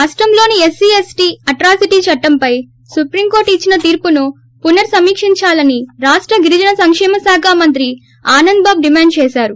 రాష్టంలోని SC ST atrocity చట్లంపై supreme court ఇచ్చిన తీర్చును పునః సమీక్షించాలని రాష్ట్ గిరిజన సంకేమ శాఖ మంత్రి ఆనందబాబు డిమాండ్ చేశారు